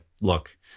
look